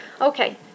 Okay